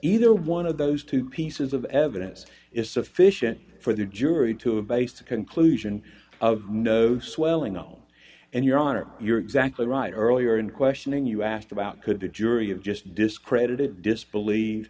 either one of those two pieces of evidence is sufficient for the jury to base a conclusion of no swelling on and your honor you're exactly right earlier in questioning you asked about could the jury of just discredited disbelieve